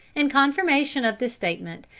in confirmation of this statement,